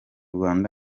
rwanda